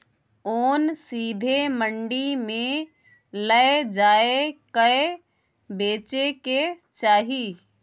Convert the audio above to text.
ओन सीधे मंडी मे लए जाए कय बेचे के चाही